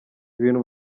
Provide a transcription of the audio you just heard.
ibintu